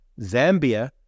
Zambia